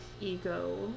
ego